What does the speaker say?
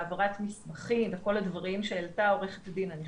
בהעברת מסמכים וכל הדברים שהעלתה עורכת הדין הנכבדת,